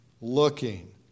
Looking